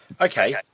okay